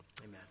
Amen